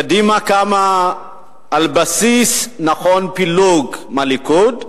קדימה קמה על בסיס פילוג מהליכוד,